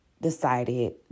decided